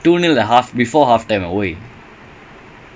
nope